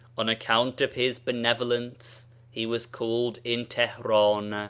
on account of his benevolence he was called, in teheran,